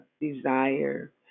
desire